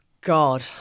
God